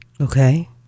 okay